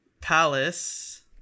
Palace